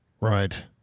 Right